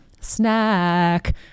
snack